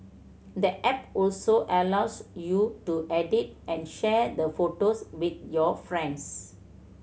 the app also allows you to edit and share the photos with your friends